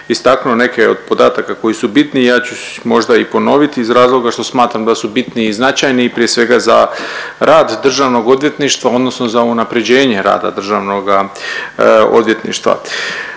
istaknuo neke od podataka koji su bitni, ja ću možda i ponoviti iz razloga što smatram da su bitni i značajni prije svega za rad državnog odvjetništva odnosno za unaprjeđenje rada državnoga odvjetništva.